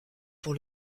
pour